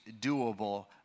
doable